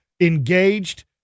engaged